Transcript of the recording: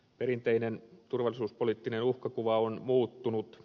perinteinen turvallisuuspoliittinen uhkakuva on muuttunut